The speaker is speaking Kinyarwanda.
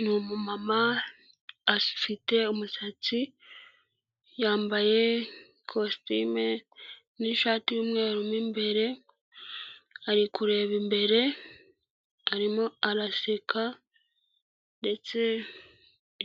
Ni umumama afite umusatsi, yambaye ikositimu n'ishati y'umweru mo imbere, ari kureba imbere, arimo araseka ndetse